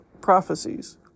prophecies